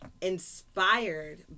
inspired